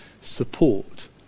Support